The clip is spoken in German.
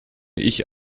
ich